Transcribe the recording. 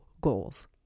goals